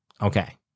okay